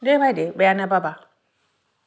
দেই ভাইটি বেয়া নাপাবা